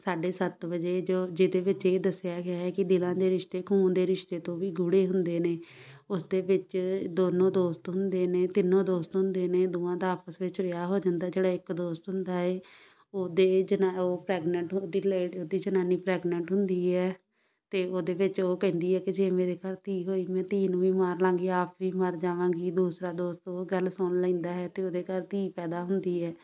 ਸਾਢੇ ਸੱਤ ਵਜੇ ਜੋ ਜਿਹਦੇ ਵਿੱਚ ਇਹ ਦੱਸਿਆ ਗਿਆ ਹੈ ਕਿ ਦਿਲਾਂ ਦੇ ਰਿਸ਼ਤੇ ਖੂਨ ਦੇ ਰਿਸ਼ਤੇ ਤੋਂ ਵੀ ਗੂੜੇ ਹੁੰਦੇ ਨੇ ਉਸ ਦੇ ਵਿੱਚ ਦੋਨੋਂ ਦੋਸਤ ਹੁੰਦੇ ਨੇ ਤਿੰਨੋ ਦੋਸਤ ਹੁੰਦੇ ਨੇ ਦੋਵਾਂ ਦਾ ਆਪਸ ਵਿੱਚ ਵਿਆਹ ਹੋ ਜਾਂਦਾ ਜਿਹੜਾ ਇੱਕ ਦੋਸਤ ਹੁੰਦਾ ਏ ਉਹਦੇ ਜਨਾ ਉਹ ਪ੍ਰੈਗਨੈਂਟ ਉਹਦੀ ਲੇਡ ਉਹਦੀ ਜਨਾਨੀ ਪ੍ਰੈਗਨੈਂਟ ਹੁੰਦੀ ਹੈ ਅਤੇ ਉਹਦੇ ਵਿੱਚ ਉਹ ਕਹਿੰਦੀ ਏ ਕਿ ਜੇ ਮੇਰੇ ਘਰ ਧੀ ਹੋਈ ਮੈਂ ਧੀ ਨੂੰ ਵੀ ਮਾਰ ਲਵਾਂਗੀ ਆਪ ਵੀ ਮਰ ਜਾਵਾਂਗੀ ਦੂਸਰਾ ਦੋਸਤ ਉਹ ਗੱਲ ਸੁਣ ਲੈਂਦਾ ਹੈ ਅਤੇ ਉਹਦੇ ਘਰ ਧੀ ਪੈਦਾ ਹੁੰਦੀ ਹੈ